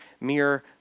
mere